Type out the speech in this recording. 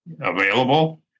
available